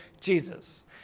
Jesus